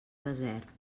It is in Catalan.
desert